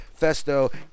Festo